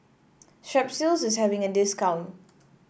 Strepsils is having a discount